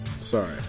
Sorry